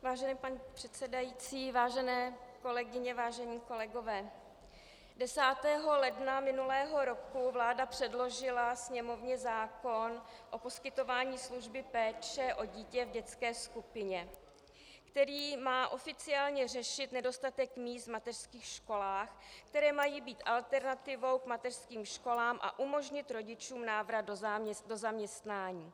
Vážený pane předsedající, vážené kolegyně, vážení kolegové, 10. ledna minulého roku vláda předložila Sněmovně zákon o poskytování služby péče o dítě v dětské skupině, který má oficiálně řešit nedostatek míst v mateřských školách, které mají být alternativou k mateřským školám, a umožnit rodičům návrat do zaměstnání.